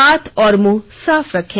हाथ और मुंह साफ रखें